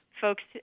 Folks